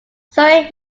surrey